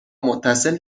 متصل